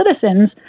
citizens